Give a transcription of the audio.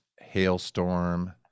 Hailstorm